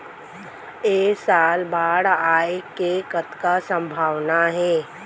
ऐ साल बाढ़ आय के कतका संभावना हे?